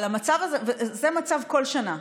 זה המצב בכל שנה.